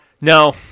No